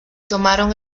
tomaron